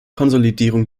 konsolidierung